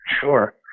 Sure